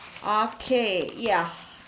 okay ya